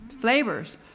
flavors